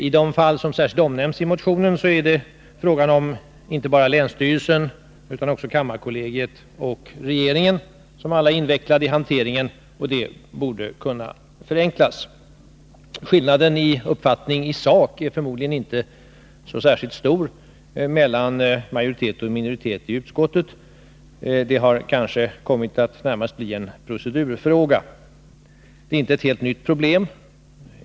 I de fall som särskilt omnämns i motionen är inte bara länsstyrelsen utan också kammarkollegiet och regeringen invecklade i hanteringen, och den borde kunna förenklas. Skillnaden i uppfattning i sak är förmodligen inte särskilt stor mellan majoriteten och minoriteten i utskottet. Det har kommit att bli närmast en procedurfråga. Det är inte ett helt nytt problem.